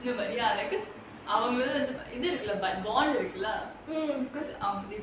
you know but ya like because our அவங்க:avanga but இது இருக்குல்ல:ithu irukkula because அது:athu